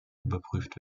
überprüft